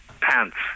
pants